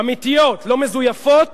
אמיתיות, לא מזויפות